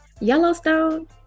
Yellowstone